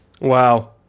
Wow